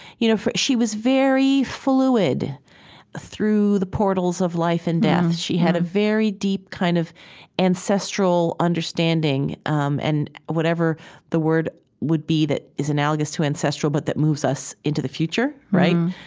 you know she was very fluid through the portals of life and death. she had a very deep kind of ancestral understanding um and whatever the word would be that is analogous to ancestral, but that moves us into the future, right?